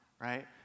right